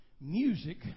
Music